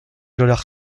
dollars